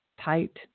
tight